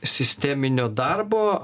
sisteminio darbo